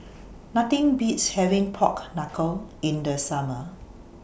Nothing Beats having Pork Knuckle in The Summer